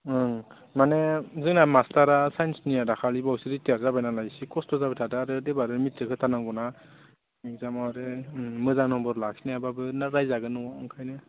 ओं माने जोंना मास्टारा साइन्सनिया दाखालि बावैसो रिटायार जाबाय नालाय इसे खस्त' जाबाय थादों आरो एबारनो मेट्रिक होथार नांगौना एग्जामआव आरो मोजां नम्बर लाखिनो हायाबाबो रायजागोन न'आव ओंखायनो